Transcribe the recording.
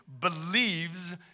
believes